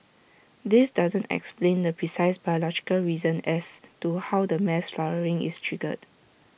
this doesn't explain the precise biological reason as to how the mass flowering is triggered